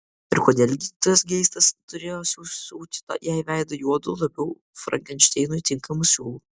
ir kodėl gydytojas geistas turėjo susiūti jai veidą juodu labiau frankenšteinui tinkamu siūlu